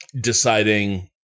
deciding